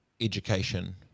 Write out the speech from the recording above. education